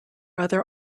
other